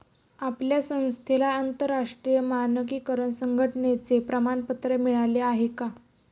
आपल्या संस्थेला आंतरराष्ट्रीय मानकीकरण संघटने चे प्रमाणपत्र मिळाले आहे का?